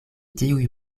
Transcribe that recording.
tiuj